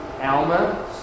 Alma